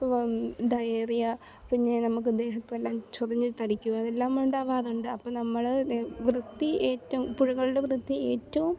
diarrhoea പിന്നേ നമുക്ക് ദേഹത്തെല്ലാം ചൊറിഞ്ഞു തടിക്കും അതെല്ലാമുണ്ടാകാറുണ്ട് അപ്പം നമ്മൾ വൃത്തി ഏറ്റവും പുഴകളുടെ വൃത്തി ഏറ്റവും